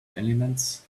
elements